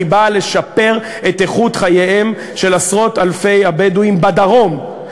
היא באה לשפר את איכות חייהם של עשרות אלפי הבדואים בדרום,